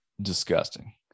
disgusting